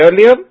earlier